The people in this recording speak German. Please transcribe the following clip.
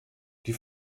die